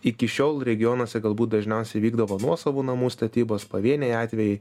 iki šiol regionuose galbūt dažniausiai vykdavo nuosavų namų statybos pavieniai atvejai